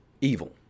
evil